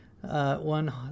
one